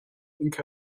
inca